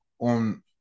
on